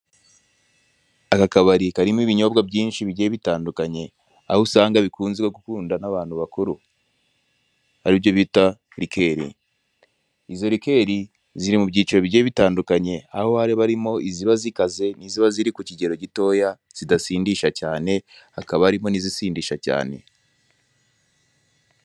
Aka kabari karimo ibinyobwa byinshi bigiye bitandukanye aho usanga bikunzwe gukunda n'abantu bakuru aribyo bita likeri, izo likeri ziri mu byiciro bigiye bitandukanye aho haba harimo iziba zikaze n'iziba ziri kukigero gitoya zidasindisha cyane hakaba harimo n'izisindisha cyane.